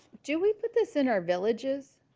do we put this in our villages